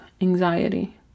anxiety